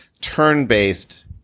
turn-based